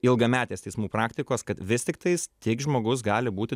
ilgametės teismų praktikos kad vis tiktais tik žmogus gali būti